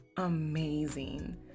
amazing